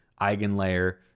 Eigenlayer